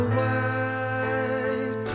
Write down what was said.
white